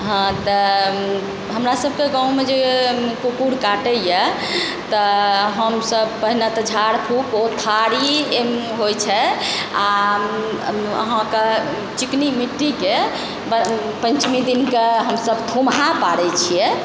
हँ तऽ हमरा सभके गाँवमे जे कुकुर काटैए तऽ हमसब पहिने तऽ झाड़ फूक एगो थाड़ी होइ छै आओर अहाँके चिकनी मिट्टीके पञ्चमी दिनकऽ हमसब थुम्हा पाड़ै छियै